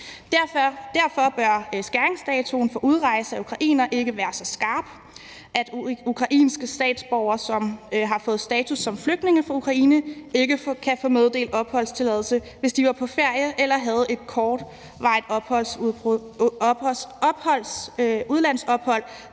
Derfor bør skæringsdatoen for udrejse af Ukraine ikke være så skarp, at ukrainske statsborgere, som har fået status som flygtninge fra Ukraine, ikke kan få meddelt opholdstilladelse, hvis de var på ferie eller havde et kortvarigt udlandsophold,